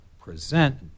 present